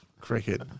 cricket